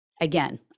Again